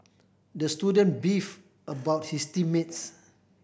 the student beef about his team mates